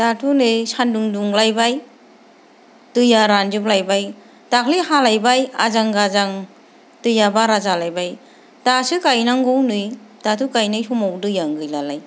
दाथ' नै सानदुं दुंलायबाय दैया रानजोबलायबाय दाखालै हालायबाय आजां गाजां दैया बारा जालायबाय दासो गायनांगौ नै दाथ' गायनाय समाव दैयानो गैलालाय